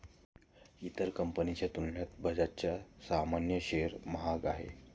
इतर कंपनीच्या तुलनेत बजाजचा सामान्य शेअर महाग आहे